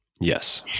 Yes